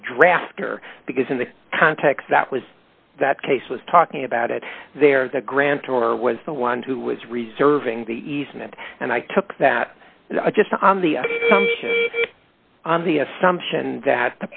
the draft or because in the context that was that case was talking about it there is a grant or was the one who was reserving the easement and i took that just on the on the assumption that